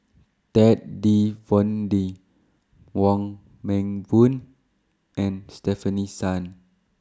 Ted De Ponti Wong Meng Voon and Stefanie Sun